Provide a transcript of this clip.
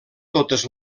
totes